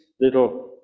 little